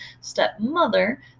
stepmother